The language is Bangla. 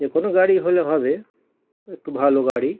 যে কোনও গাড়ি হলে হবে একটু ভালো গাড়ি